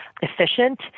efficient